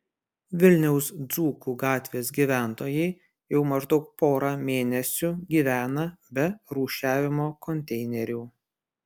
vilniaus dzūkų gatvės gyventojai jau maždaug porą mėnesių gyvena be rūšiavimo konteinerių